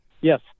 Yes